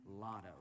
lotto